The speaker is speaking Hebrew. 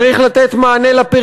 הטבע צריך לקחת לטובת החברה הישראלית,